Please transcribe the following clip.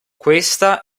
questa